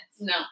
No